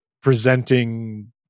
presenting